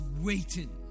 waiting